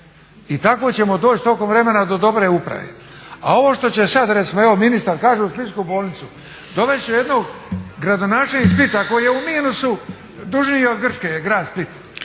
i tako ćemo doći tokom vremena do dobre uprave. A ovo što će sada recimo evo ministar kaže u splitsku bolnicu, dovest će jednog gradonačelnik Splita koji je u minusu dužniji je od Grčke grad Split.